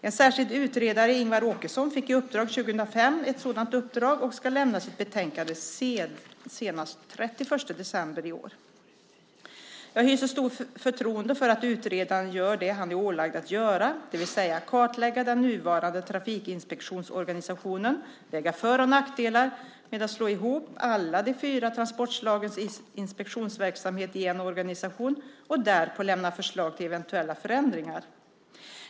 En särskild utredare, Ingvar Åkesson, fick i oktober 2005 ett sådant uppdrag och ska lämna sitt betänkande senast den 31 december i år. Jag hyser stort förtroende för att utredaren gör det han är ålagd att göra, det vill säga kartlägga den nuvarande trafikinspektionsorganisationen, väga för och nackdelar med att slå ihop alla de fyra transportslagens inspektionsverksamhet i en organisation och därpå lämna förslag till eventuella förändringar.